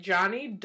Johnny